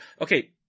okay